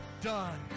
done